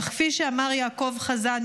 אך כפי שאמר יעקב חזן,